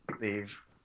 leave